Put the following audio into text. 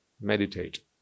meditate